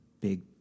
big